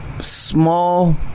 small